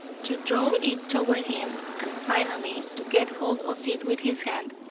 to draw it toward him, and, finally, to get hold of it with his hand,